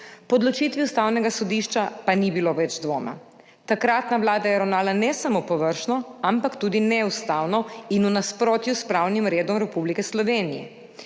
odločitvi Ustavnega sodišča pa ni bilo več dvoma. Takratna vlada je ravnala ne samo površno, ampak tudi neustavno in v nasprotju s pravnim redom Republike Slovenije.